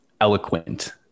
eloquent